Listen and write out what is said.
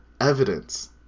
evidence